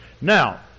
Now